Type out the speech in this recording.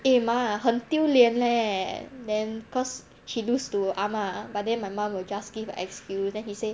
eh 妈很丢脸 leh then cause she lose to 阿嬷 but then my mum will just give excuse then she say